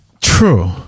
True